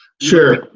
sure